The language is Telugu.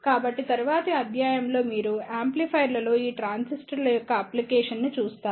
కాబట్టి తరువాతి అధ్యాయంలో మీరు యాంప్లిఫైయర్లలో ఈ ట్రాన్సిస్టర్ల యొక్క అప్లికేషన్స్ ని చూస్తారు